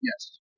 Yes